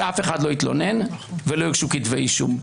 שאף אחד לא יתלונן ולא יוגשו כתבי אישום.